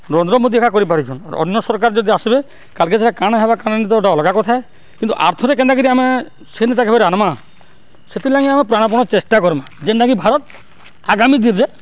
ନରେନ୍ଦ୍ର ମୋଦୀ ଏକା କରିପାରିଚନ୍ ଆର୍ ଅନ୍ୟ ସର୍କାର୍ ଯଦି ଆସ୍ବେ କାଲ୍କେ ସେଟା କାଣା ହେବା କାଣା ତ ହେଟା ଅଲ୍ଗା କଥା ଏ କିନ୍ତୁ ଆର୍ଥରେ କେନ୍ତାକିରି ସେ ନେତାକେ ଫେର୍ ଆନ୍ମା ସେଥିର୍ଲାଗି ଆମେ ପ୍ରାଣପଣ ଚେଷ୍ଟା କର୍ମା ଯେନ୍ତାକି ଭାରତ୍ ଆଗାମୀ ଦିିନ୍ରେ